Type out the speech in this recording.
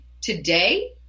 today